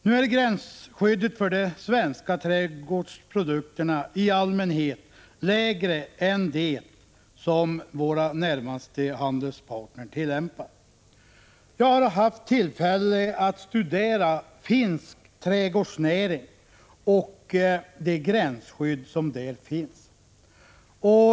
Nu är gränsskyddet för de svenska trädgårdsprodukterna i allmänhet lägre än det Jag har haft tillfälle att studera finsk trädgårdsnäring och det gränsskydd 2 april 1986 som där finns.